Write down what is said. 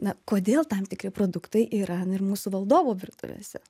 na kodėl tam tikri produktai yra ir mūsų valdovų virtuvėse